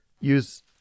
use